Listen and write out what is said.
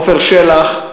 שלח,